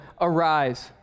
arise